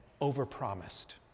over-promised